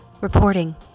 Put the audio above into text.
Reporting